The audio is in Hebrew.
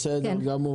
בסדר גמור.